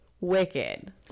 Wicked